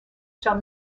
shall